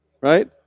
right